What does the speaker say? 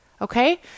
Okay